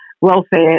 welfare